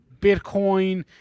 Bitcoin